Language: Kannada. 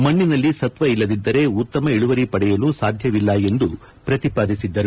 ಮಣ್ಣಿನಲ್ಲಿ ಸತ್ವ ಇಲ್ಲದಿದ್ದರೆ ಉತ್ತಮ ಇಳುವರಿ ಪಡೆಯಲು ಸಾಧ್ಯವಿಲ್ಲ ಎಂದು ಪ್ರತಿಪಾದಿಸಿದ್ದರು